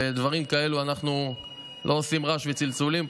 ודברים כאלה, אנחנו לא עושים רעש וצלצולים.